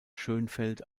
schönfeld